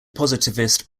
positivist